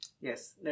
Yes